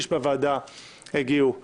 ששני-שלישים מחברי הוועדה הגיעו לישיבה.